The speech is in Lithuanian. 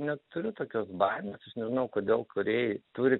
neturiu tokios baimės nežinau kodėl kūrėjai turi